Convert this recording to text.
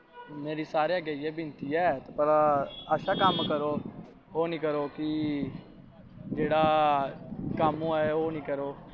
मेरी सारें अग्गैं इ'यै बिन्नती ऐ भला अच्छा कम्म करो ओह् निं करो कि जेह्ड़ा कम्म होऐ ओह् निं करो